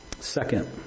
Second